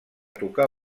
tocar